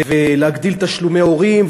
ולהגדיל תשלומי הורים,